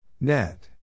Net